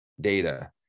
data